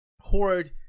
Horde